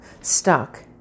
stuck